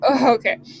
Okay